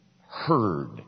heard